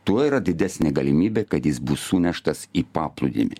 tuo yra didesnė galimybė kad jis bus suneštas į paplūdimį